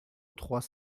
trois